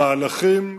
המהלכים,